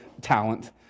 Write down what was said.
talent